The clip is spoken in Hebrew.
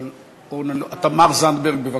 תמר זנדברג, בבקשה.